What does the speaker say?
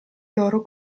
loro